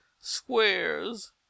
squares